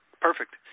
perfect